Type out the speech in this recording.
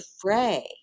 fray